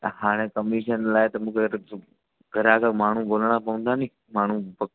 त हाणे कमीशन लाइ त मूंखे ग्राहक माण्हू ॻोल्हणा पवंदा नी माण्हू पोइ